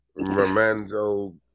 Romando